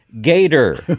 gator